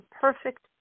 perfect